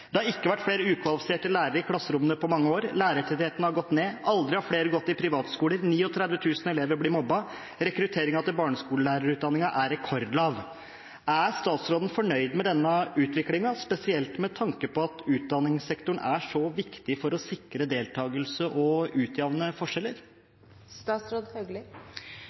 Det har ikke vært flere ukvalifiserte lærere i klasserommene på mange år. Lærertettheten har gått ned. Aldri har flere gått i privatskoler. 39 000 elever blir mobbet. Rekrutteringen til barneskolelærerutdanningen er rekordlav. Er statsråden fornøyd med denne utviklingen, spesielt med tanke på at utdanningssektoren er så viktig for å sikre deltakelse og å utjevne forskjeller?